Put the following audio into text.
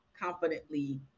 confidently